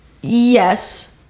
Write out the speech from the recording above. Yes